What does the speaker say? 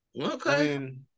Okay